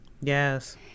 Yes